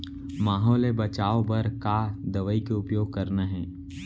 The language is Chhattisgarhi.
माहो ले बचाओ बर का दवई के उपयोग करना हे?